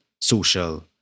social